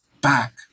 back